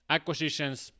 Acquisitions